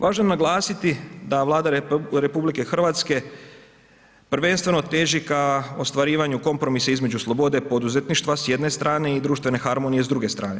Važno je naglasiti da Vlada RH prvenstveno teži ka ostvarivanju kompromisa između slobode poduzetništva s jedne strane i društvene harmonije s druge strane.